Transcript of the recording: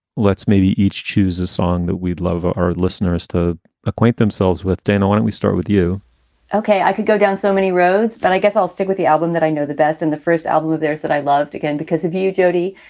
let's maybe each choose a song that we'd love for our listeners to acquaint themselves with. dana, when and we start with you okay. i could go down so many roads, but i guess i'll stick with the album that i know the best in the first album of theirs that i loved again because of you. jody,